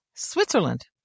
Switzerland